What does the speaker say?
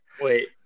Wait